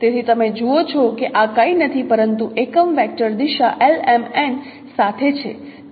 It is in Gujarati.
તેથી તમે જુઓ છો કે આ કંઈ નથી પરંતુ એકમ વેક્ટર દિશા lmn સાથે છે